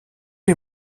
les